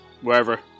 wherever